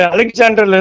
Alexander